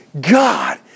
God